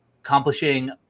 accomplishing